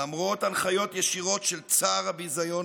למרות הנחיות ישירות של צר הביזיון